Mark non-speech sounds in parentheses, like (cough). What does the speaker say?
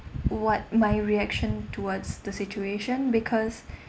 what my reaction towards the situation because (breath)